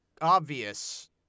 obvious